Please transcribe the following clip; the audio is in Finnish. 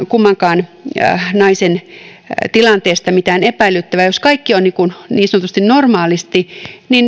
esiin kummankaan naisen tilanteesta jos kaikki on niin sanotusti normaalisti